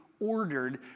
ordered